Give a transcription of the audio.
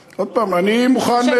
עוד הפעם, אני מוכן,